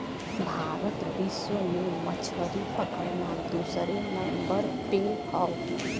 भारत विश्व में मछरी पकड़ना दूसरे नंबर पे हौ